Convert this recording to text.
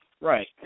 Right